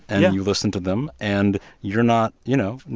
and and you listen to them. and you're not you know,